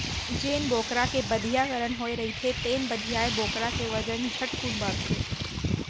जेन बोकरा के बधियाकरन होए रहिथे तेन बधियाए बोकरा के बजन झटकुन बाढ़थे